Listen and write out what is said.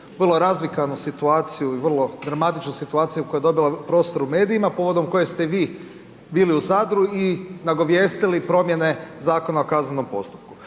vrlo razvikanu situaciju i vrlo dramatičnu situaciju, koja je dobila prostor u medijima povodom koje ste vi bili u Zadru i nagovijestili promjene Zakona o kaznenom postupku.